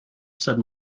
said